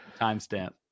Timestamp